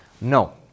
No